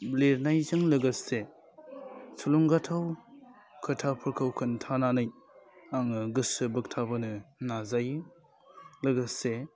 लिरनायजों लोगोसे थुलुंगाथाव खोथाफोरखौ खिन्थानानै आङो गोसो बोगथाबहोनो नाजायो लोगोसे